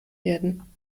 werden